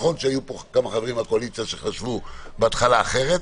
נכון שהיו פה כמה חברים שחשבו בהתחלה אחרת,